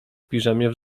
piżamie